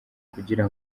kugira